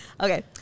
Okay